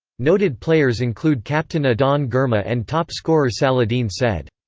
noted players include captain adane girma and top scorer saladin said.